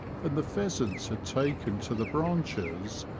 and the pheasants had taken to the branches,